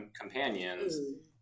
companions